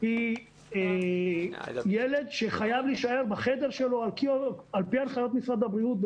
של בידוד הילד חייב להישאר בחדר שלו על פי הנחיות משרד הבריאות,